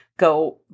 go